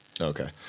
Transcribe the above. Okay